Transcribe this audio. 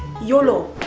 yolo.